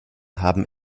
haben